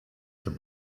zum